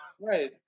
Right